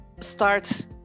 start